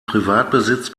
privatbesitz